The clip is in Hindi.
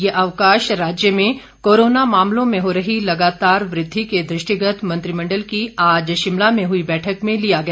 ये अवकाश राज्य में कोरोना मामलों में हो रही लगातार वृद्धि के दृष्टिगत मंत्रिमण्डल की आज शिमला में हुई बैठक में लिया गया